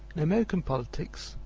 in american politics,